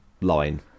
line